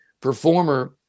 performer